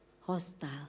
hostile